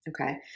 Okay